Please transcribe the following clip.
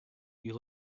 you